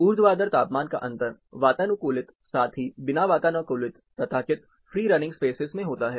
ऊर्ध्वाधर तापमान का अंतर वातानुकूलित साथ ही बिना वातानुकूलित तथाकथित फ्री रनिंग स्पेसेस में होता है